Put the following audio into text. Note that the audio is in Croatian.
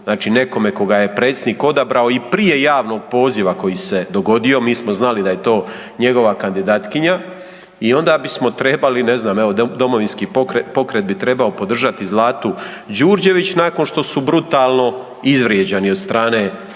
znači nekome koga je predsjednik odabrao i prije javnog poziva koji se dogodio. Mi smo znali da je to njegova kandidatkinja i onda bismo trebali ne znam evo Domovinski pokret bi trebao podržati Zlatu Đurđević nakon što su brutalno izvrijeđani od strane,